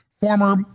former